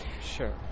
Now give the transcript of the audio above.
Sure